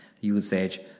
usage